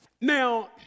Now